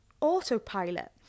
autopilot